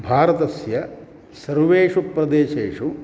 भारतस्य सर्वेषु प्रदेसेषु